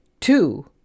two